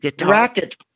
racket